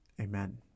amen